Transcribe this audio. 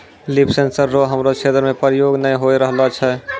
लिफ sensor रो हमरो क्षेत्र मे प्रयोग नै होए रहलो छै